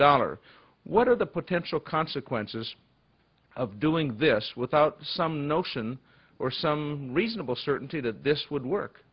dollar what are the potential consequences of doing this without some notion or some reasonable certainty that this would work